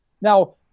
Now